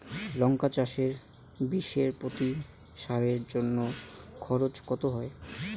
লঙ্কা চাষে বিষে প্রতি সারের জন্য খরচ কত হয়?